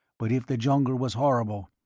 but if the jungle was horrible,